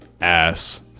ass